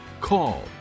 call